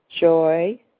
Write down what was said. joy